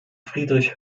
friedrich